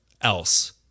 else